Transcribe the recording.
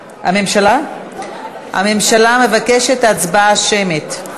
הממשלה מבקשת הצבעה שמית.